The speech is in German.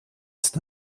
ist